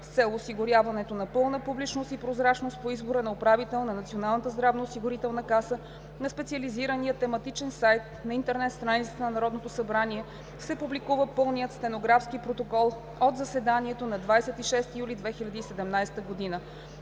С цел осигуряването на пълна публичност и прозрачност по избора на управител на Националната здравноосигурителна каса, на специализирания тематичен сайт на интернет страницата на Народното събрание се публикува пълният стенографски протокол от заседанието на 26 юли 2017 г.